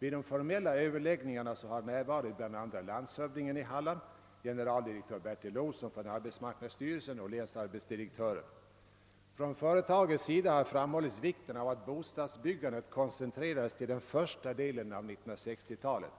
I de formella överläggningarna har bl.a. landshövdingen, generaldirektör Bertil Olsson från arbetsmarknadsstyrelsen och länsarbetsdirektören deltagit. Från företagets sida framhölls vikten av att bostadsbyggandet koncentrerades till första delen av 60-talet.